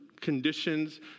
conditions